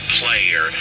player